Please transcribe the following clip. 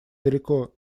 далеко